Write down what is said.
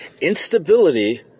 Instability